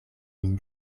min